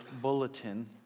bulletin